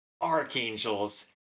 archangels